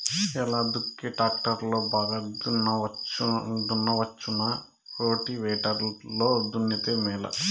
ఎలా దుక్కి టాక్టర్ లో బాగా దున్నవచ్చునా రోటివేటర్ లో దున్నితే మేలా?